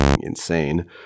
insane